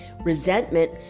Resentment